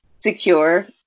secure